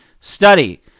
study